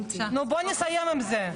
נו, בואו נסיים עם זה.